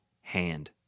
hand